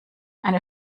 eine